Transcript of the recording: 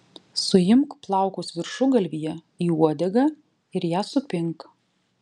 suimk plaukus viršugalvyje į uodegą ir ją supink